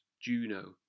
Juno